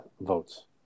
votes